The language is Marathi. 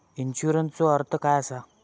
इन्शुरन्सचो अर्थ काय असा?